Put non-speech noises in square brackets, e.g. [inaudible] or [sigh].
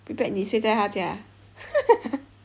prepared 你睡在他家 [laughs]